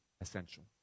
essential